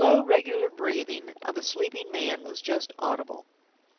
the slow, regular breathing of a sleeping man was just audible.